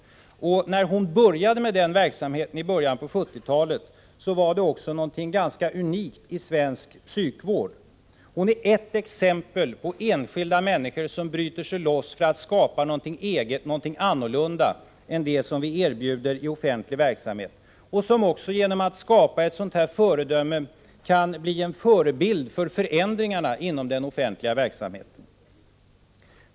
När hon startade den verksamheten i början av 1970-talet var det också någonting ganska unikt i svensk psykvård. Berit Ullberg är ett exempel på enskilda människor som bryter sig loss för att starta någonting eget, skapa någonting annorlunda mot det som vi erbjuder i offentlig verksamhet och som också genom ett sådant här föredöme kan utgöra ett mönster för förändringarna inom den offentliga verksamheten.